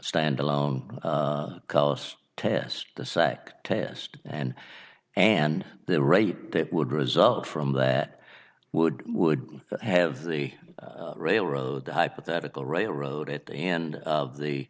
stand alone cost test the sec test and and the rate that would result from that would would have the railroad the hypothetical railroad at the end of the